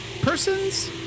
persons